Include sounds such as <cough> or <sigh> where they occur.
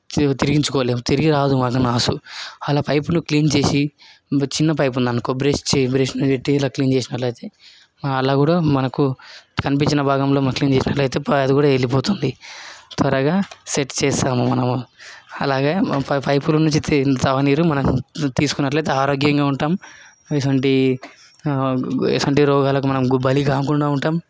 తి తిరిగించుకోలేం తిరిగి రాదు మళ్ళీ నాసు అలా పైపుని క్లీన్ చేసి ఇప్పుడు చిన్న పైపు ఉంది అనుకో బ్రష్ బ్రష్ని పెట్టి ఇలా క్లీన్ చేసినట్లయితే అలా కూడా మనకు కనిపించిన భాగంలో మనం క్లీన్ చేసినట్లయితే అది కూడా వెళ్ళిపోతుంది త్వరగా సెట్ చేస్తాము మనము అలాగా మనం పైపులో నుంచి <unintelligible> తాగునీరు మనం తీసుకున్నట్లయితే ఆరోగ్యంగా ఉంటాము ఎటువంటి ఎటువంటి రోగాలకు మనం బలికాకుండా ఉంటాం